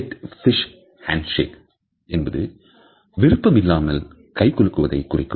வெட் fish hand shake என்பது விருப்பமில்லாமல் கை குலுக்குவதை குறிக்கும்